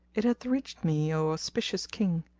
it hath reached me, o auspicious king,